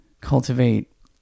cultivate